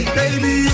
Baby